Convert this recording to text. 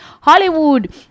Hollywood